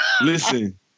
Listen